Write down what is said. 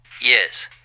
Yes